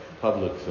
public